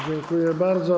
Dziękuję bardzo.